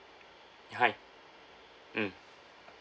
hi mm